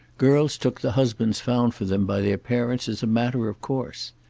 girls took the husbands found for them by their parents as a matter of course.